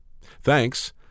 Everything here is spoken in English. thanks